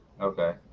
Okay